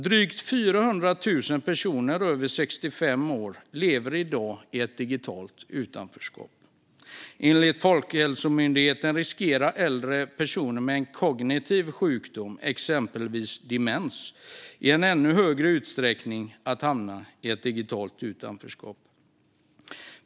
Drygt 400 000 personer över 65 år lever i dag i ett digitalt utanförskap. Enligt Folkhälsomyndigheten riskerar äldre personer med en kognitiv sjukdom, exempelvis demens, i ännu större utsträckning att hamna i digitalt utanförskap.